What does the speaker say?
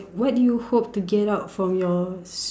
what you hope to get out from your